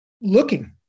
looking